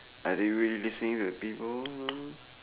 are you really listening to people mm